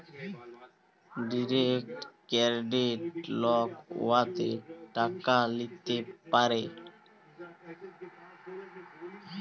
direct credit লক উয়াতে টাকা ল্যিতে পারে